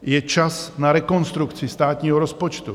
Je čas na rekonstrukci státního rozpočtu.